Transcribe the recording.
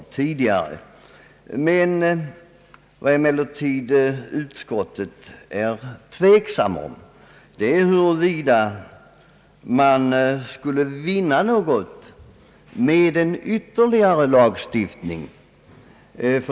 Utskottets ledamöter är emellertid tveksamma om man skulle vinna något med en ytterligare lagstiftning.